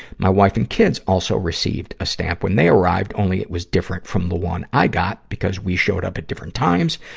my wife and kids also received a stamp when they arrived, only it was different from the one i got because we showed up at different times,